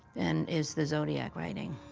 and is the zodiac writing.